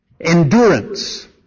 endurance